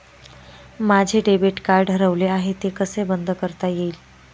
माझे debit card हरवले आहे ते कसे बंद करता येईल?